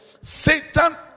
Satan